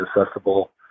accessible